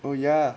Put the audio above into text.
oh ya